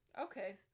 Okay